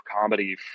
comedy